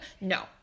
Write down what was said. No